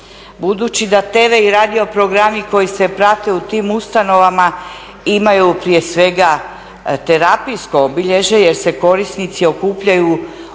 Budući da tv i radio programi koji se prate u tim ustanovama imaju prije svega terapijsko obilježje jer se korisnici okupljaju u dnevnim